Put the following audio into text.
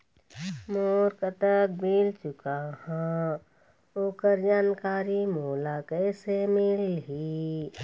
मोर कतक बिल चुकाहां ओकर जानकारी मोला कैसे मिलही?